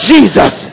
Jesus